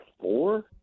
four